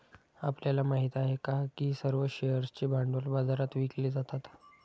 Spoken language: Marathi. आपल्याला माहित आहे का की सर्व शेअर्सचे भांडवल बाजारात विकले जातात?